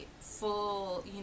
full